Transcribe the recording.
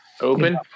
open